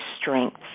strengths